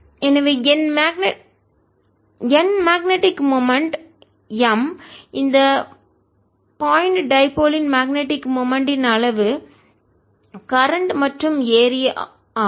எனவே என் magnetic moment M இந்த பாயிண்ட் டைபோல் புள்ளி இருமுனை யின் மேக்னெட்டிக் மொமெண்ட் ன் அளவு கரண்ட் மற்றும் ஏரியா பரப்பளவு ஆகும்